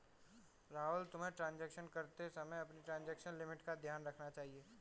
राहुल, तुम्हें ट्रांजेक्शन करते समय अपनी ट्रांजेक्शन लिमिट का ध्यान रखना चाहिए